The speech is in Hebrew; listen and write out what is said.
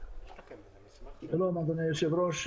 שלום אדוני היושב-ראש,